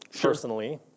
personally